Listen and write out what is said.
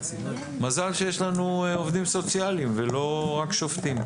מזל שיש לנו עובדים סוציאליים ולא רק שופטים.